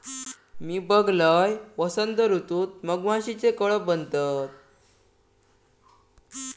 मी बघलंय, वसंत ऋतूत मधमाशीचे कळप बनतत